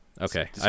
Okay